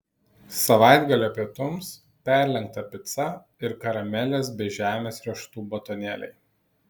savaitgalio pietums perlenkta pica ir karamelės bei žemės riešutų batonėliai